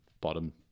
bottom